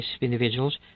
individuals